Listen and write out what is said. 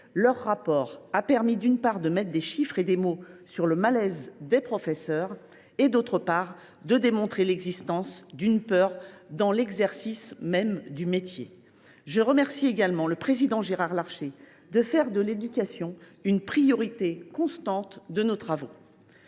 d’information a permis, d’une part, de mettre des chiffres et des mots sur le malaise des professeurs et, d’autre part, de démontrer l’existence d’une peur dans l’exercice même du métier. Je remercie également le président Gérard Larcher de faire de l’éducation une priorité constante de nos travaux.